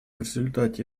результате